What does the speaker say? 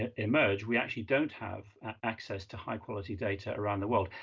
and emerge, we actually don't have access to high quality data around the world.